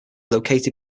located